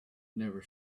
never